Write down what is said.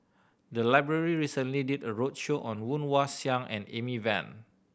the library recently did a roadshow on Woon Wah Siang and Amy Van